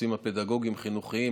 בנושאים הפדגוגיים-חינוכיים,